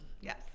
yes